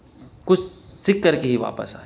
کچھ سیکھ کر کے ہی واپس آیا